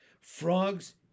frogs